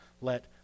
let